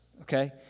okay